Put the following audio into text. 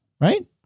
right